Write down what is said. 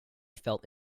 felt